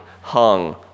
hung